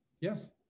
Yes